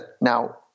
now